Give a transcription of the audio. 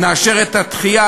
נאשר את הדחייה,